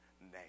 name